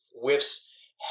whiffs